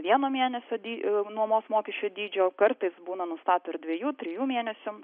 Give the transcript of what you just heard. vieno mėnesio dy nuomos mokesčio dydžio kartais būna nustato ir dviejų trijų mėnesių